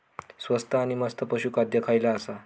स्वस्त आणि मस्त पशू खाद्य खयला आसा?